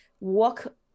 work